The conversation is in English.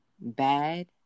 bad